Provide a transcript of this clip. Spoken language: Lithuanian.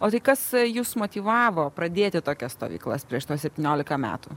o tai kas jus motyvavo pradėti tokias stovyklas prieš tuos septyniolika metų